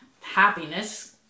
happiness